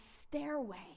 stairway